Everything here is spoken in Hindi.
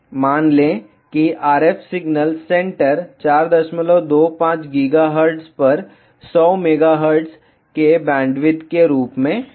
मान लें कि RF सिग्नल सेंटर 425 GHz पर 100 MHz के बैंडविड्थ के रूप में है